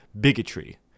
bigotry